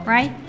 Right